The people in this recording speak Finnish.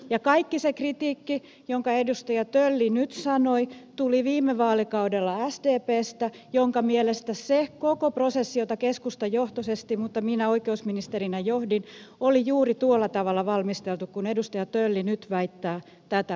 ja kaikki se kritiikki jonka edustaja tölli nyt sanoi tuli viime vaalikaudella sdpstä jonka mielestä se koko prosessi joka oli keskustajohtoinen mutta jota minä oikeusministerinä johdin oli juuri tuolla tavalla valmisteltu kuin edustaja tölli nyt väittää tästä prosessista